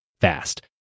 fast